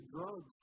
drugs